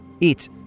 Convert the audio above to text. eat